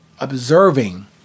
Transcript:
observing